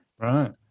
Right